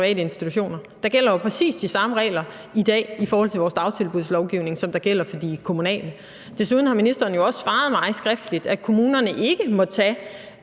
Der gælder jo præcis de samme regler i dag i forhold til vores dagtilbudslovgivning, som der gælder for de kommunale. Desuden har ministeren jo også svaret mig skriftligt, at kommunerne ikke må tage